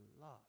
love